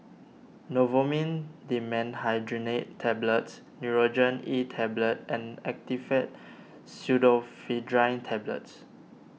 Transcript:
Novomin Dimenhydrinate Tablets Nurogen E Tablet and Actifed Pseudoephedrine Tablets